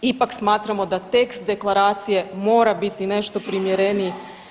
Ipak, smatramo da tekst Deklaracije mora biti nešto primjereniji.